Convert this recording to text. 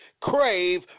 Crave